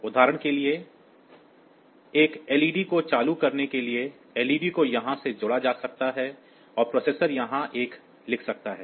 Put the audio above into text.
उदाहरण के लिए एक एलईडी को चालू करने के लिए एलईडी को यहां से जोड़ा जा सकता है और प्रोसेसर यहां एक लिख सकता है